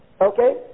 Okay